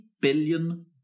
billion